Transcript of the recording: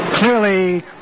Clearly